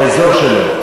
באזור שלו.